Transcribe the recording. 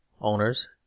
owners